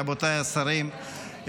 רבותיי השרים,